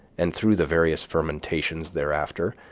and through the various fermentations thereafter,